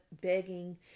begging